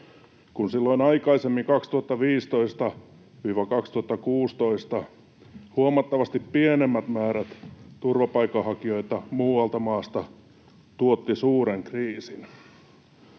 kun silloin aikaisemmin 2015—2016 huomattavasti pienemmät määrät turvapaikanhakijoita muista maista tuottivat suuren kriisin.